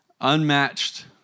unmatched